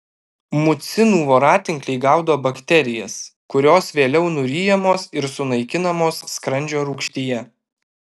mucinų voratinkliai gaudo bakterijas kurios vėliau nuryjamos ir sunaikinamos skrandžio rūgštyje